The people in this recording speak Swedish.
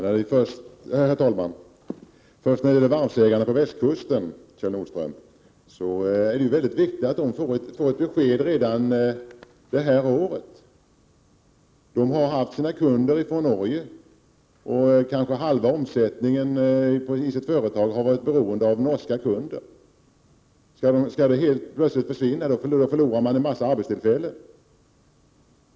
Herr talman! Det är viktigt att varvsägarna på västkusten får ett besked redan det här året, Kjell Nordström. En stor del av deras kunder är från Norge, och kanske halva omsättningen i deras företag har varit beroende av norska kunder. Om dessa plötsligt försvinner förlorar de en massa arbetstillfällen.